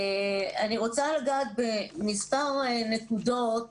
אני רוצה לגעת במספר נקודות,